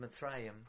Mitzrayim